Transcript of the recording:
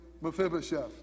mephibosheth